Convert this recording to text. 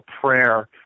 prayer